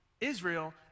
Israel